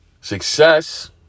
Success